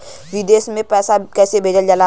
विदेश में पैसा कैसे भेजल जाला?